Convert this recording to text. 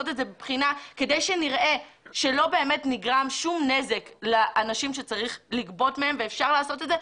כדי שנראה שלא נגרם שום נזק לאנשים שצריך לגבות מהם ואפשר לעשות את זה,